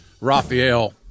Raphael